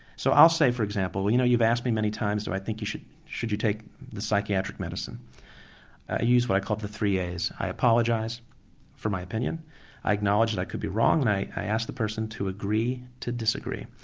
so i'll say for example you know you've asked me many times do i think you should should take the psychiatric medicine i use what i call the three a's, i apologise for my opinion, i acknowledge that i could be wrong and i i ask the person to agree to disagree.